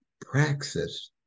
praxis